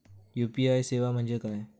UPI सेवा म्हणजे काय?